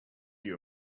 your